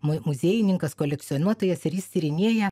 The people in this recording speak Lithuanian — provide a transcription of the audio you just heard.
mu muziejininkas kolekcionuotojas ir jis tyrinėja